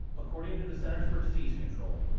according to the centers for disease control,